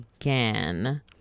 again